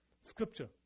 scripture